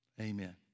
amen